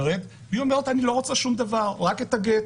והיא אומרת, אני לא רוצה שום דבר, רק את הגט.